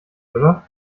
oder